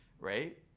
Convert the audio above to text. Right